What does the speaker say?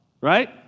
right